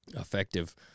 effective